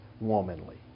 womanly